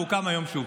והוקם היום שוב,